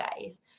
days